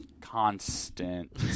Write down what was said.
constant